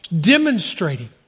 demonstrating